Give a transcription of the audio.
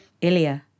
Ilya